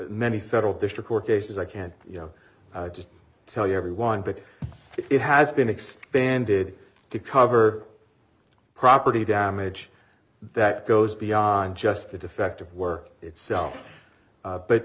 many federal district court cases i can't you know just tell you everyone but it has been expanded to cover property damage that goes beyond just the defective work itself